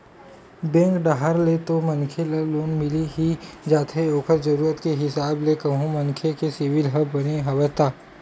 bank डाहर ले तो मनखे ल लोन मिल ही जाथे ओखर जरुरत के हिसाब ले कहूं मनखे के सिविल ह बने हवय ता